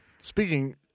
Speaking